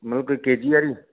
मतलब के जी हारी